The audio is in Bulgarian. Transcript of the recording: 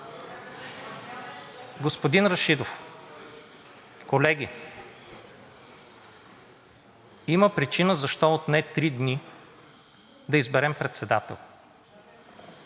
Господин Рашидов, колеги! Има причина защо отне три дни да изберем председател